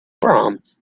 proms